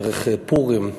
דרך פורים.